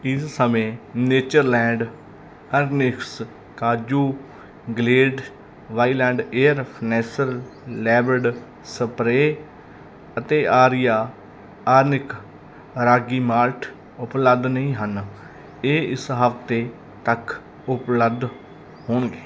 ਇਸ ਸਮੇਂ Natureland organics ਕਾਜੂ Glade wild air freshener lavender spray ਅਤੇ ਆਰੀਆ ਆਰਗਨਿਕ ਰਾਗੀ ਮਾਲਟ ਉਪਲੱਬਧ ਨਹੀਂ ਹਨ ਇਹ ਇਸ ਹਫ਼ਤੇ ਤੱਕ ਉਪਲੱਬਧ ਹੋਣਗੇ